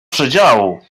przedziału